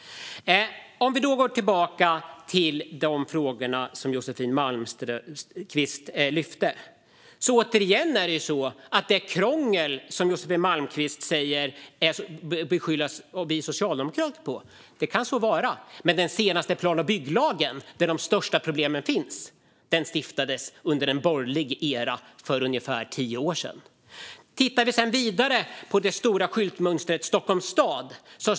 Vi kan gå tillbaka till de frågor som Josefin Malmqvist lyfte. Josefin Malmqvist beskyller oss socialdemokrater för krångel. Det kan så vara. Men den senaste plan och bygglagen, där de största problemen finns, stiftades under en borgerlig era för ungefär tio år sedan. Vi kan sedan titta vidare på det stora skyltfönstret Stockholms stad.